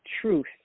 truth